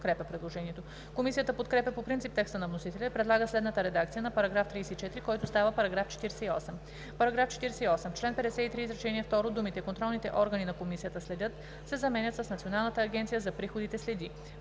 Комисията подкрепя по принцип текста на вносителя и предлага следната редакция на § 34, който става § 48: „§ 48. В чл. 53, изречение второ думите „Контролните органи на Комисията следят“ се заменят с „Националната агенция за приходите следи“.“